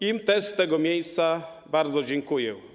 Im też z tego miejsca bardzo dziękuję.